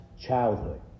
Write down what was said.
childhood